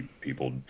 people